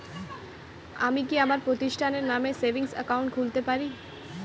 আমি কি আমার প্রতিষ্ঠানের নামে সেভিংস একাউন্ট খুলতে পারি?